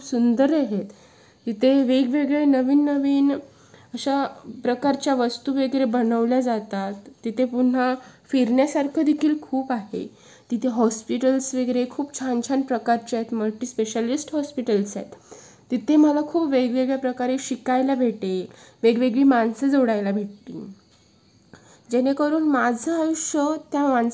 ओ ठीक आहे चालेल मी तुला फोटो सेंड करते मग हो हो चालेल ना हां मी डाऊनलोड करते इकडे नेटवर्कचा प्रॉब्लेम असल्यामुळे जरा उशीर लागतो आहे दोन मिनटं थांब पटकन मी जरा बाहेर जाऊन येते तिथे रेंजमध्ये गेल्यावर पटकन डाऊनलोड होईल आणि मी तुला ते लगेच सेंड करते तुझ्या कोणत्या नंबरवर सेंड करू हां चालेल चालेल करते